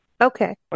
Okay